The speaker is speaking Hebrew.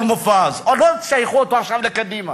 מופז או לא תשייכו אותו עכשיו לקדימה.